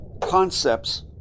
concepts